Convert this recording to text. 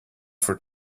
for